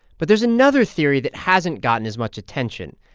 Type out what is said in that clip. but there's another theory that hasn't gotten as much attention.